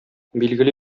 билгеле